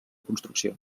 construcció